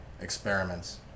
experiments